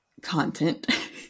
content